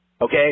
okay